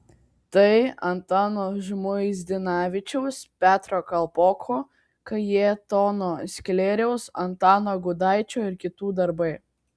tai antano žmuidzinavičiaus petro kalpoko kajetono sklėriaus antano gudaičio ir kitų darbai